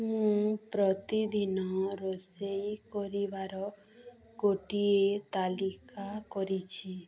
ମୁଁ ପ୍ରତିଦିନ ରୋଷେଇ କରିବାର ଗୋଟିଏ ତାଲିକା କରିଛି